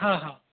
हां हां